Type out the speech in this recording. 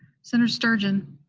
senator sturgeon?